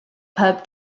pub